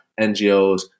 NGOs